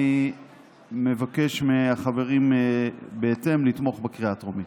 בהתאם, אני מבקש מהחברים לתמוך בקריאה הטרומית.